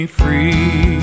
free